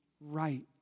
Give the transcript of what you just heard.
right